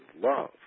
love